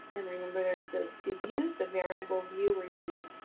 and remember, there's those two views, the variable view where you